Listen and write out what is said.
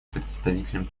представителем